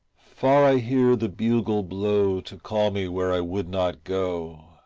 far i hear the bugle blow to call me where i would not go,